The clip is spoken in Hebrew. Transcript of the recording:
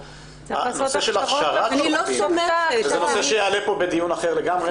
הנושא של הכשרת שופטים זה נושא שיעלה פה בדיון אחר לגמרי,